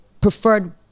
preferred